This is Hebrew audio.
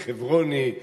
כחברוני,